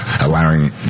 allowing